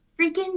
freaking